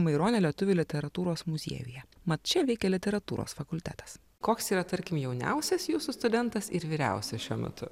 maironio lietuvių literatūros muziejuje mat čia veikia literatūros fakultetas koks yra tarkim jauniausias jūsų studentas ir vyriausias šiuo metu